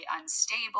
unstable